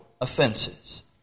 offenses